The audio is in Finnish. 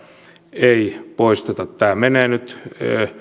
ei poisteta tähän tulee nyt